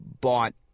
bought